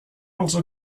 also